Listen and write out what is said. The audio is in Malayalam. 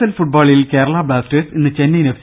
എൽ ഫുട്ബോളിൽ കേരള ബ്ലാസ്റ്റേഴ്സ് ഇന്ന് ചെന്നൈയിൻ എഫ്